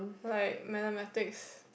like mathematics